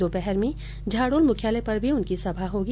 दोपहर में झाडोल मुख्यालय पर भी उनकी सभा होगी